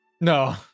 No